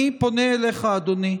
אני פונה אליך, אדוני,